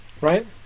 right